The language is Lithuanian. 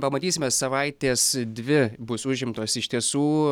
pamatysime savaitės dvi bus užimtos iš tiesų